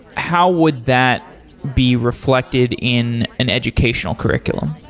how would that be reflected in an educational curriculum?